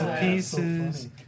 pieces